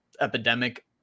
epidemic